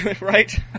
right